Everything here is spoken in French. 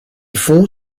fond